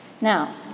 Now